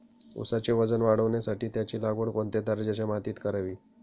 ऊसाचे वजन वाढवण्यासाठी त्याची लागवड कोणत्या दर्जाच्या मातीत करावी?